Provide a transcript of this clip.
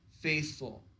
faithful